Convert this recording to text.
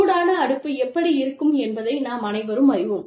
சூடான அடுப்பு எப்படி இருக்கும் என்பதை நாம் அனைவரும் அறிவோம்